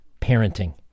parenting